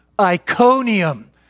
Iconium